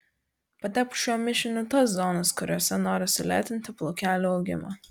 patepk šiuo mišiniu tas zonas kuriose nori sulėtinti plaukelių augimą